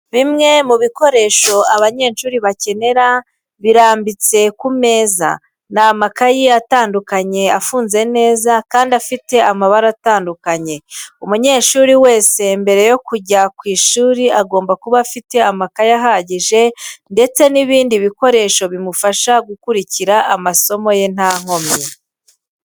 Bimwe mu bikoresho abanyeshuri bakenera birambitswe ku meza, ni amakayi atandukanye afunze neza kandi afite amabara atandukanye. Umunyeshuri wese mbere yo kujya ku ishuri agomba kuba afite amakaye ahagije ndetse n'ibindi bikoresho bimufasha gukurikira amasomo ye nta nkomyi.